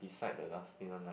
is like the last thing one right